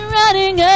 running